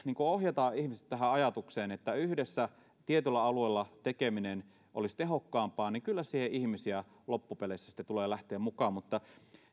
ohjaamme ihmiset tähän ajatukseen että yhdessä tietyllä alueella tekeminen olisi tehokkaampaa niin kyllä siihen ihmisiä loppupeleissä sitten tulee lähtemään mukaan mutta